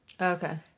Okay